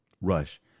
Rush